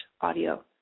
audio